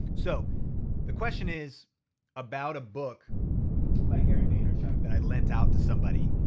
so the question is about a book by gary vaynerchuck that i lent out to somebody.